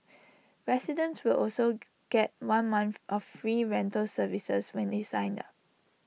residents will also G get one month of free rental service when they sign up